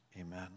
Amen